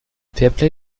fairplay